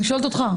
אני שואלת אותך.